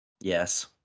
Yes